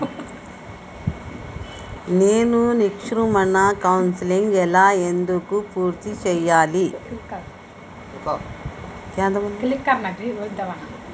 నేను నిష్క్రమణ కౌన్సెలింగ్ ఎలా ఎందుకు పూర్తి చేయాలి?